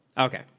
okay